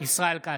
ישראל כץ,